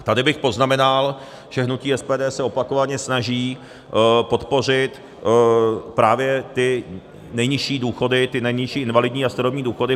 Tady bych poznamenal, že hnutí SPD se opakovaně snaží podpořit právě ty nejnižší důchody, ty nejnižší invalidní a starobní důchody.